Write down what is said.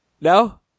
No